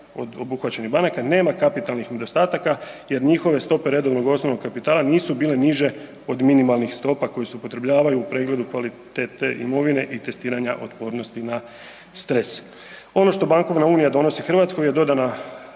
od obuhvaćenih banaka nema kapitalnih nedostataka jer njihove stope redovnog osnovnog kapitala nisu bile niže od minimalnih stopa koja se upotrebljavaju u pregledu kvalitete imovine i testiranja otpornosti na stres. Ono što bankovna unija donosi Hrvatskoj je dodana